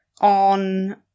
on